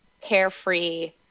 carefree